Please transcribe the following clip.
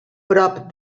prop